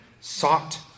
sought